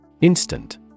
Instant